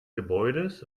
gebäudes